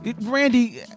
Randy